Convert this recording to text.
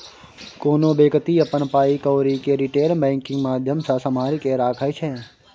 कोनो बेकती अपन पाइ कौरी केँ रिटेल बैंकिंग माध्यमसँ सम्हारि केँ राखै छै